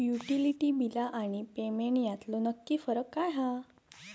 Utility बिला आणि payment यातलो नक्की फरक काय हा?